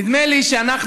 נדמה לי שאנחנו,